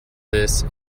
this